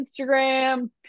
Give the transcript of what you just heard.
Instagram